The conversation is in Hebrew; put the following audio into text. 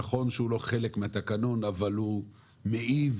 שנכון שהוא לא חלק מהתקנות אבל הוא מעיב